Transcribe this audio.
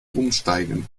umsteigen